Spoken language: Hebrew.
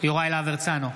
יוראי להב הרצנו,